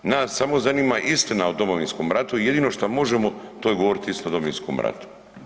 Nas samo zanima istina o Domovinskom ratu i jedino šta možemo, to je govoriti istinu o Domovinskom ratu.